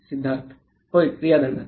सिद्धार्थ होय क्रिया दरम्यान